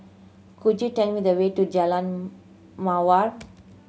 could you tell me the way to Jalan Mawar